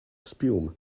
spume